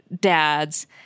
dads